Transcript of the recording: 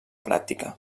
pràctica